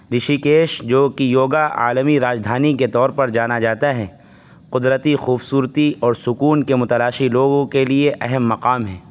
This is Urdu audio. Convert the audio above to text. رشی کیش جو کہ یوگا عالمی راجدھانی کے طور پر جانا جاتا ہے قدرتی خوبصورتی اور سکون کے متلاشی لوگوں کے لیے اہم مقام ہے